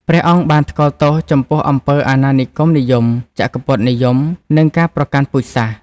ព្រះអង្គបានថ្កោលទោសចំពោះអំពើអាណានិគមនិយម ចក្រពត្តិនិយម និងការប្រកាន់ពូជសាសន៍។